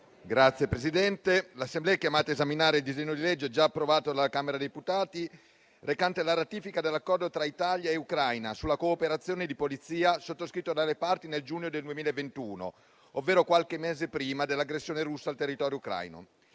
Signor Presidente, l'Assemblea è chiamata ad esaminare il disegno di legge, già approvato dalla Camera deputati, recante la ratifica dell'Accordo tra Italia e Ucraina sulla cooperazione di polizia, sottoscritto dalle parti nel giugno 2021 ovvero qualche mese prima dell'aggressione russa al territorio ucraino.